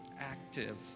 active